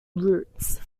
roots